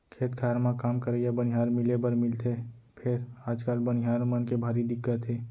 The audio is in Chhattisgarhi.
खेत खार म काम करइया बनिहार मिले बर मिलथे फेर आजकाल बनिहार मन के भारी दिक्कत हे